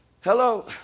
Hello